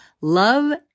Love